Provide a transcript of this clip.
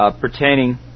pertaining